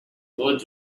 good